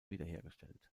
wiederhergestellt